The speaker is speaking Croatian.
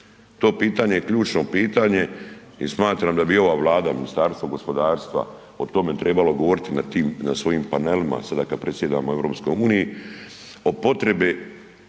To pitanje je ključno pitanje i smatram da bi ova Vlada, Ministarstvo gospodarstva o tome trebalo govoriti na svojim panelima sada kad predsjedamo EU o potrebi